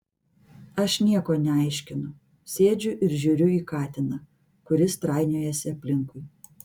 aš nieko neaiškinu sėdžiu ir žiūriu į katiną kuris trainiojasi aplinkui